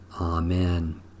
Amen